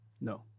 No